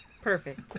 Perfect